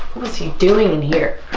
was he doing in here?